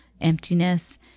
emptiness